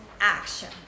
action